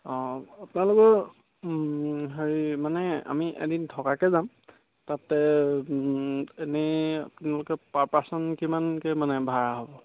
অঁ আপোনালোকৰ হেৰি মানে আমি এদিন থকাকৈ যাম তাতে এনেই আপোনালোকে পাৰ পাৰ্চন কিমানকৈ মানে ভাড়া হ'ব